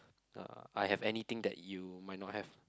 I have anything that you might not have